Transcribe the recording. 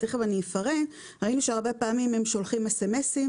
ראינו שהרבה פעמים הם שולחים מסרונים,